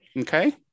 Okay